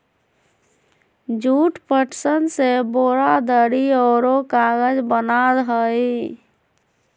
jute, पटसन से बोरा, दरी औरो कागज बना हइ